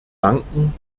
danken